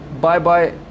bye-bye